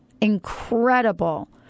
incredible